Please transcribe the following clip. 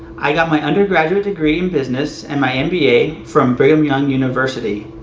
i got my undergraduate degree in business and my mba from brigham young university.